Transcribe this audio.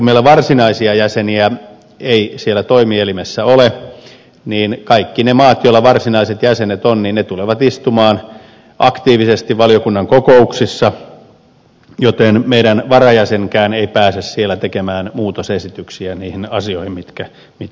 meillä varsinaisia jäseniä ei siellä toimielimessä ole ja olen vakuuttunut siitä että kaikkien niiden maiden edustajat joilla varsinaisia jäseniä on tulevat istumaan aktiivisesti valiokunnan kokouksissa joten meidän varajäsenemmekään ei pääse siellä tekemään muutosesityksiä niihin asioihin mitkä eteen tulevat